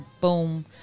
boom